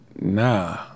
nah